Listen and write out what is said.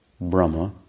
Brahma